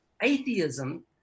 Atheism